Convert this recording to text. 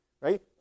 right